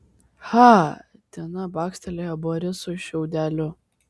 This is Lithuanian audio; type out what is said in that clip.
cha tina bakstelėjo borisui šiaudeliu